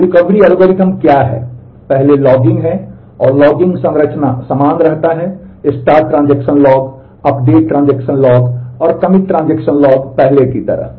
तो recovery algorithm क्या है पहले लॉगिंग है और लॉगिंग संरचना समान रहता है start transaction log update transaction log और कमिट ट्रांजेक्शन लॉग पहले की तरह